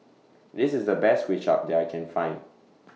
This IS The Best Kuay Chap that I Can Find